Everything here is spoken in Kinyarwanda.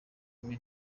imwe